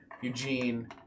Eugene